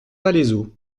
palaiseau